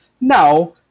Now